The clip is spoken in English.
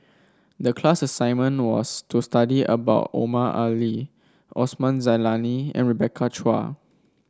the class assignment was to study about Omar Ali Osman Zailani and Rebecca Chua